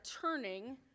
turning